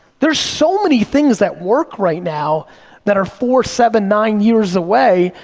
there's so many things that work right now that are four, seven, nine years away,